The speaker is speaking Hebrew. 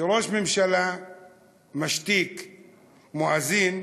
כשראש ממשלה משתיק מואזין,